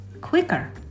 quicker